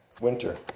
winter